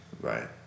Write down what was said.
right